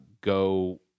go